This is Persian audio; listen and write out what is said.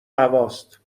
هواست